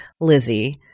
Lizzie